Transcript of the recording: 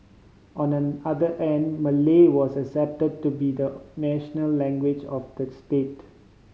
on the other and Malay was accepted to be the national language of the state